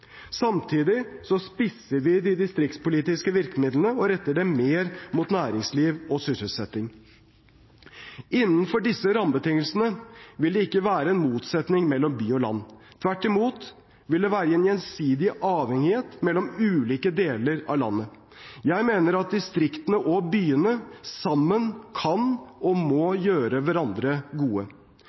Samtidig spisser vi de distriktspolitiske virkemidlene og retter dem mer mot næringsliv og sysselsetting. Innenfor disse rammebetingelsene vil det ikke være motsetning mellom by og land. Tvert imot vil det være en gjensidig avhengighet mellom ulike deler av landet. Jeg mener at distriktene og byene sammen kan og må gjøre hverandre gode.